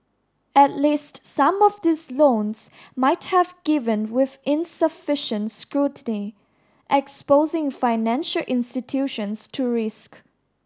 at least some of these loans might have given with insufficient scrutiny exposing financial institutions to risk